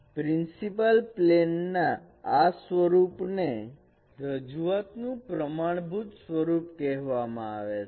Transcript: principal plane ના આ સ્વરૂપને રજૂઆતનું પ્રમાણભૂત સ્વરૂપ કહેવામાં આવે છે